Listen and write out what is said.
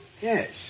Yes